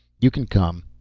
you can come.